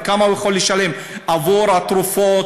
וכמה הוא יכול לשלם עבור התרופות,